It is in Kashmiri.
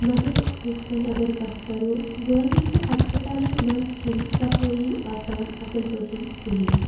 مگر ہُتھ کٔنۍ اگر کَتھ کَرو گورمینٹ ہَسپَتالَن منٛز چھُنہٕ صفٲیی آسان اَصٕل پٲٹھۍ کِہیٖنۍ